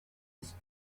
des